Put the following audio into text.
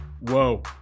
whoa